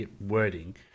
wording